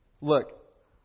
Look